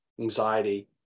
anxiety